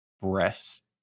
breast